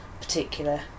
particular